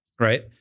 Right